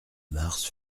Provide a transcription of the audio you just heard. mars